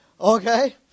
Okay